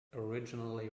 originally